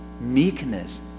meekness